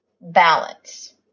balance